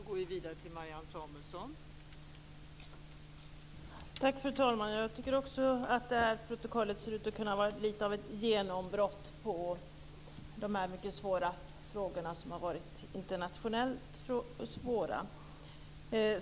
Fru talman! Jag tycker också att det här protokollet ser ut att kunna vara lite av ett genombrott i de här mycket svåra internationella frågorna.